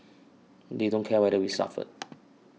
they don't care whether we suffer